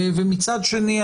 מצד שני,